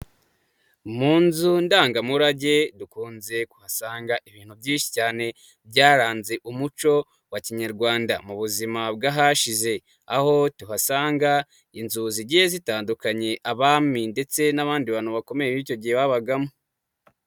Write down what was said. Mu nzu ndangamurage, dukunze kuhasanga ibintu byinshi cyane byaranze umuco wa kinyarwanda mu buzima bw'ahashize, aho tuhasanga inzu zigiye zitandukanye abami ndetse n'abandi bantu bakomeye b'icyo gihe babagamo.